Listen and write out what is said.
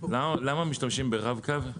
למה משתמשים ברב קו,